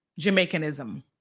Jamaicanism